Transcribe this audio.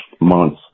months